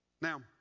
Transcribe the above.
Now